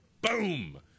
boom